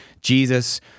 Jesus